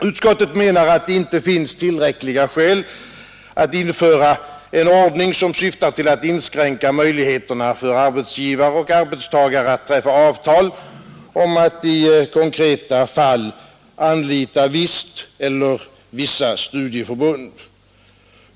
Utskottet menar att det inte finns tillräckliga skäl att införa en ordning som syftar till att inskränka möjligheterna för arbetsgivare och arbetstagare att träffa avtal om att i konkreta fall anlita visst eller vissa studieförbund.